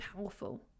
powerful